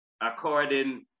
according